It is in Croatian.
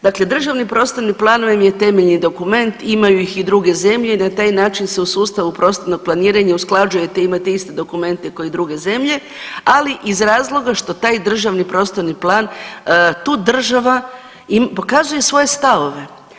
Dakle državni prostorni plan vam je temeljni dokument i imaju ih i druge zemlje i na taj način se u sustavu prostornog planiranja usklađujete, imate iste dokumente kao i druge zemlje ali iz razloga što taj državni prostorni plan tu država pokazuje svoje stavove.